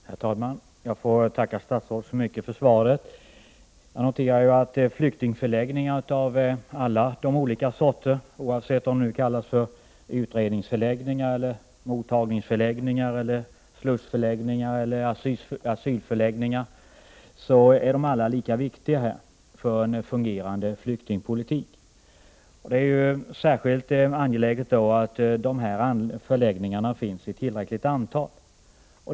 Herr talman! Jag ber att få tacka statsrådet så mycket för svaret. Jag noterar att flyktingförläggningar av alla sorter oavsett om de kallas för utredningsförläggningar, mottagningsförläggningar, slussförläggningar eller asylförläggningar är lika viktiga för en fungerande flyktingpolitik. Det är särskilt angeläget att dessa förläggningar finns i ett tillräckligt antal.